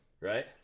Right